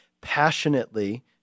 passionately